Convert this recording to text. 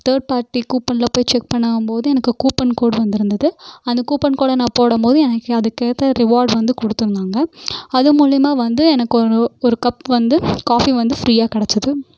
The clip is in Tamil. தேர்ட் பார்ட்டி கூப்பனில் போய் செக் பண்ணும்போது எனக்கு கூப்பன் கோட் வந்திருந்துது அந்த கூப்பன் கோடை நான் போடும் போது அதுக்கு அதுக்கு ஏற்ற ரிவார்டு வந்து கொடுத்துருந்தாங்க அது மூலயமா வந்து எனக்கு ஒரு கப் வந்து காஃபி வந்து ஃப்ரீயாக கிடச்சிது